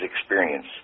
experience